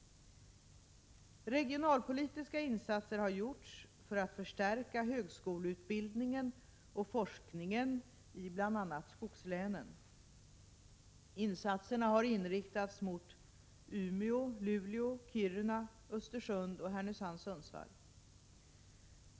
Regionalpolitiska insatser har gjorts för att förstärka högskoleutbildningen och forskningen i bl.a. skogslänen. Insatserna har inriktats mot Umeå, Luleå, Kiruna, Östersund och Härnösand/Sundsvall.